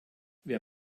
wer